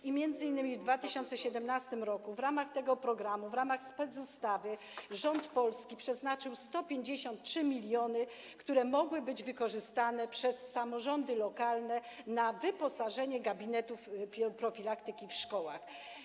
I m.in. w 2017 r. w ramach tego programu, w ramach specustawy, rząd polski przeznaczył 153 mln, które mogły być wykorzystane przez samorządy lokalne na wyposażenie gabinetów profilaktyki w szkołach.